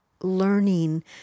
learning